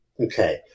Okay